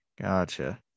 Gotcha